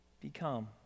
become